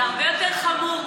זה הרבה יותר חמור,